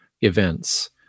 events